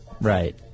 Right